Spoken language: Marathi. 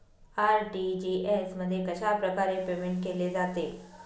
आर.टी.जी.एस मध्ये कशाप्रकारे पेमेंट केले जाते?